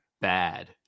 bad